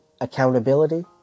accountability